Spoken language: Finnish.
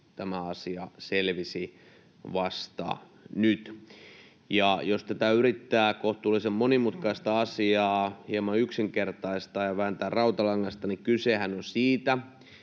tämä asia selvisi vasta nyt. Jos tätä kohtuullisen monimutkaista asiaa yrittää hieman yksinkertaistaa ja vääntää rautalangasta, niin kysehän on siitä,